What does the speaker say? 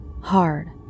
hard